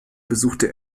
besuchte